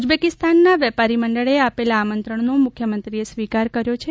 ઉઝબેકિસ્તનના વેપારી મંડળે આપેલા આમંત્રણનો મુખ્યમંત્રીએ સ્વીકાર કર્યો છે